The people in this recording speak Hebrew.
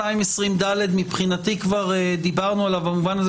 220ד מבחינתי כבר דיברנו עליו במובן הזה